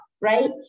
right